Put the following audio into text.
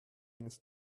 ist